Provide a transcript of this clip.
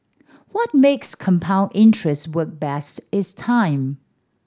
what makes compound interest work best is time